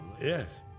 yes